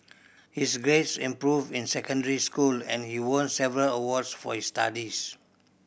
his grades improved in secondary school and he won several awards for his studies